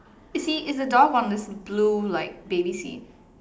you see is a dog on this blue like baby seat